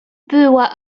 była